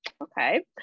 Okay